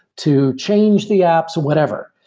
to change the apps, whatever.